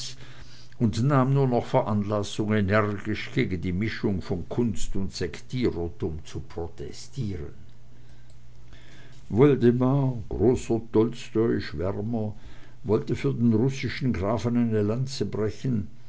und nahm nur noch veranlassung energisch gegen die mischung von kunst und sektierertum zu protestieren woldemar großer tolstoischwärmer wollte für den russischen grafen eine lanze brechen